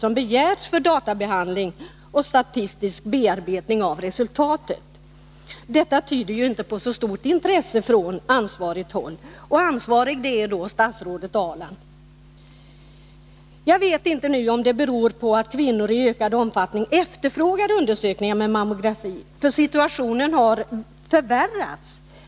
som begärts för databehandling och statistisk bearbetning av resultatet. Detta tyder inte på så stort intresse från ansvarigt håll — och ansvarig är alltså statsrådet Ahrland. Jag vet inte om kvinnor i ökad omfattning efterfrågar undersökningar med mammografi. men situationen har förvärrats.